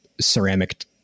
ceramic